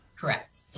correct